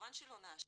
כמובן שלא נאשר.